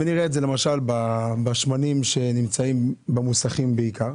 כמו בשמנים שנמצאים במוסכים בעיקר,